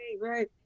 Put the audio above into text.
right